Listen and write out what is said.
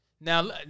Now